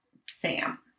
Sam